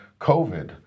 COVID